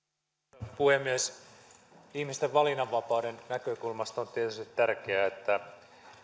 arvoisa puhemies ihmisten valinnanvapauden näkökulmasta on tietysti tärkeää että